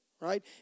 right